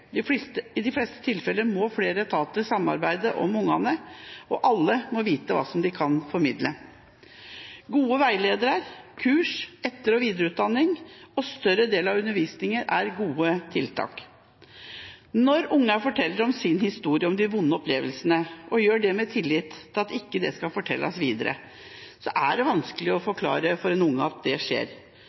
de fleste tilfeller må flere etater samarbeide om barna, og alle må vite hva de kan formidle. Gode veiledere, kurs, etter- og videreutdanning og at dette blir en større del av undervisningen, er gode tiltak. Når barn forteller sin historie og om vonde opplevelser og gjør det i tillit til at dette ikke fortelles videre, er det vanskelig å forklare for barnet at det likevel skjer.